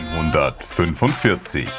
145